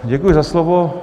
Děkuji za slovo.